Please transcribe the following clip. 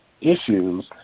issues